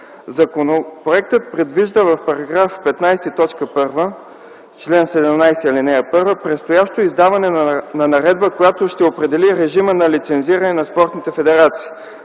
Законопроектът предвижда в § 15, т.1 (чл. 17, ал.1) предстоящо издаване на наредба, която ще определи режима на лицензиране на спортните федерации,